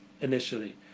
initially